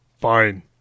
Fine